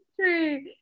True